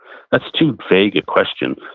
that's too vague a question.